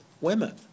women